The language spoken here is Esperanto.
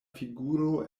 figuro